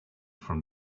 from